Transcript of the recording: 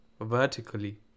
vertically